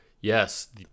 yes